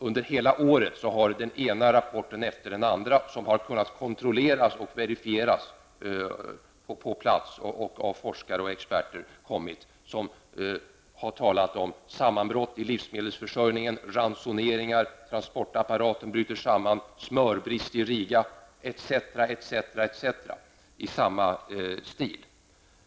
Under hela året har den ena rapporten efter den andra kommit, som har kunnat kontrolleras och verifieras på plats av forskare och experter och som har talat om sammanbrott i livsmedelsförsörjningen, ransonering, att transportapparaten bryter samman, smörbrist i Riga, m.m. i samma stil.